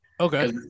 okay